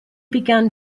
began